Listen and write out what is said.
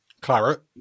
Claret